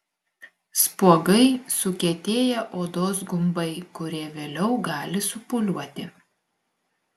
spuogai sukietėję odos gumbai kurie vėliau gali supūliuoti